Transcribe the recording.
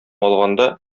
алганда